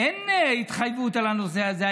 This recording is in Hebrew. אין התחייבות על הנושא הזה,